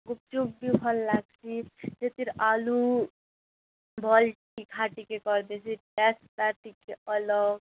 ଗୁପ୍ଚୁପ୍ ବି ଭଲ୍ ଲାଗ୍ସି ସେଥିରେ ଆଳୁ ଭଲ୍ ତୀଖା ଟିକେ କରି ଦେଇଛି ଟେଷ୍ଟଟା ଟିକେ ଅଲଗ୍